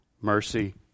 Mercy